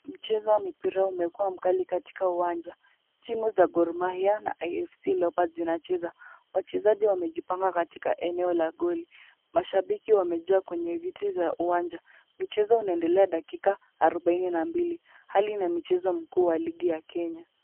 Mchezo wa mpira umekuwa mkali katika uwanja. Timu za Gor Mahia na AFC Leopards zinecheza. Wachezaji wamejipanga katika eneo la goli. Mashabiki wamejaa kwenye viti za uwanja. Mchezo unaendelea dakika arubaini na mbili. Hali ni ya mchezo mkuu wa ligi ya Kenya.